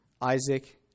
Isaac